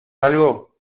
algo